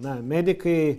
na medikai